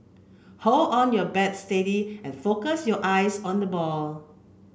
hold on your bat steady and focus your eyes on the ball